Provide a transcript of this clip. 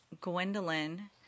Gwendolyn